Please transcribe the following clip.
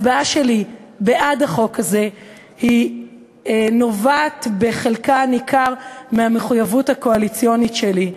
הצבעה שלי בעד החוק הזה נובעת בחלקה הניכר מהמחויבות הקואליציונית שלי,